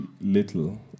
little